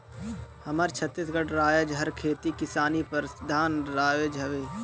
हमर छत्तीसगढ़ राएज हर खेती किसानी परधान राएज हवे